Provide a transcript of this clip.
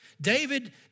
David